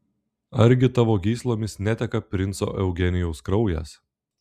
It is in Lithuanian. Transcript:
argi tavo gyslomis neteka princo eugenijaus kraujas